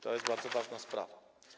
To jest bardzo ważna sprawa.